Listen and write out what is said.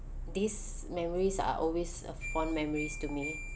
these memories are always a fond memories to me